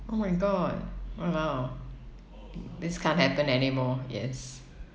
oh my god !walao! this can't happen anymore yes